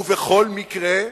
בכל מקרה,